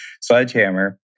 sledgehammer